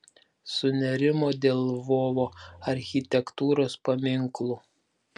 sunerimo dėl lvovo architektūros paminklų